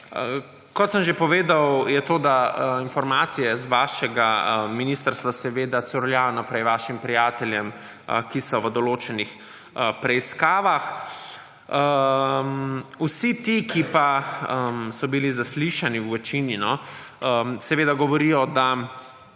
Kot sem že povedal, je to, da informacije z vašega ministrstva seveda curljajo naprej vašim prijateljem, ki so v določenih preiskavah, vsi ti, ki pa so bili zaslišani, v večini, no, seveda govorijo, da